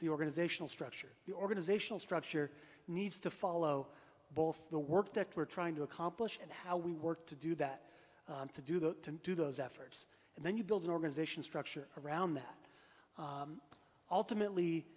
the organizational structure the organizational structure needs to follow both the work that we're trying to accomplish and how we work to do that to do that to do those efforts and then you build an organization structure around that ultimately